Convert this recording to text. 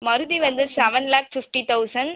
மருதி வந்து seven lakh fifty thousand